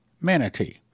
manatee